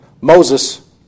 Moses